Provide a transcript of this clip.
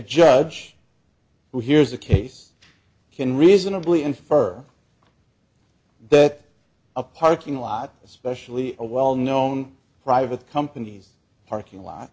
judge who hears a case can reasonably infer that a parking lot especially a well known private companies parking lot